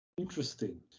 Interesting